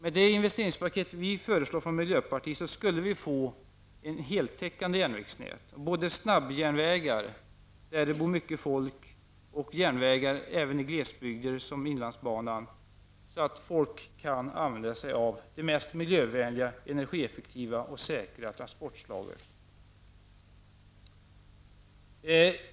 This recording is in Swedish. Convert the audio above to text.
Med det investeringspaket som miljöpartiet föreslår skulle vi få ett heltäckande järnvägsnät, både snabbjärnvägar där det bor många människor och även järnvägar i glesbygden, såsom inlandsbanan, så att människor kan använda sig av det mest miljövänliga, energieffektiva och säkra transportslaget.